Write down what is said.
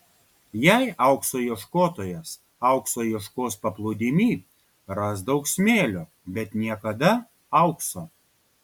jei aukso ieškotojas aukso ieškos paplūdimy ras daug smėlio bet niekada aukso